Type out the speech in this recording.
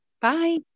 Bye